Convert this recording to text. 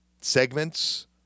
segments